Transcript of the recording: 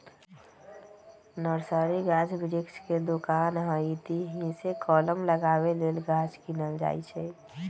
nursery गाछ वृक्ष के दोकान हइ एतहीसे कलम लगाबे लेल गाछ किनल जाइ छइ